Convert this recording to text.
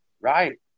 right